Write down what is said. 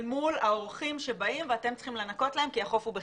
מול האורחים שבאים ואתם צריכים לנקות להם כי החוף הוא בחינם.